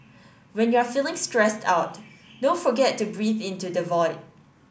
when you are feeling stressed out don't forget to breathe into the void